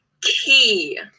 key